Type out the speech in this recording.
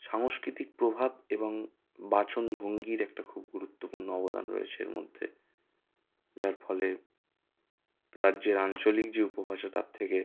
সাংস্কৃতিক প্রভাব এবং বাচন ভঙ্গির একটা খুব গুরুত্বপূর্ণ অবদান রয়েছে এর মধ্যে যার ফলে রাজ্যের আঞ্চলিক যে উপভাষা তার থেকে